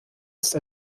ist